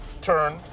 turn